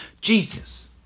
Jesus